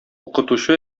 укытучы